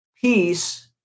peace